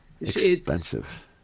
Expensive